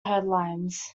headlines